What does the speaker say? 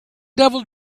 devil